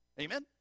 Amen